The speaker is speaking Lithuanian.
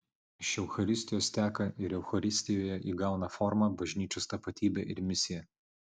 iš eucharistijos teka ir eucharistijoje įgauna formą bažnyčios tapatybė ir misija